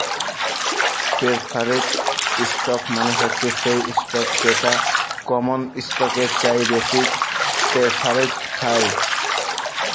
perforated ইসটক মালে হছে সেই ইসটক যেট কমল ইসটকের চাঁঁয়ে বেশি পেরফারেলস পায়